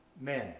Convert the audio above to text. men